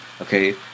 Okay